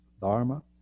dharma